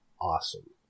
awesome